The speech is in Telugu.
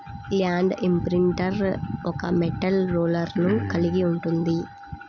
ల్యాండ్ ఇంప్రింటర్ ఒక మెటల్ రోలర్ను కలిగి ఉంటుంది